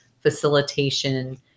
facilitation